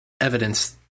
evidence